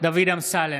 דוד אמסלם,